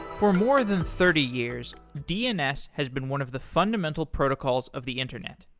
for more than thirty years, dns has been one of the fundamental protocols of the internet.